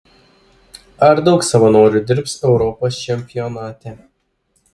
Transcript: ar daug savanorių dirbs europos čempionate